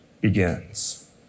begins